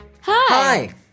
Hi